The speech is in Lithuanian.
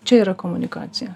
čia yra komunikacija